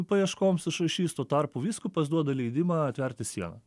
paieškoms išrašys tuo tarpu vyskupas duoda leidimą atverti sieną